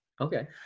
okay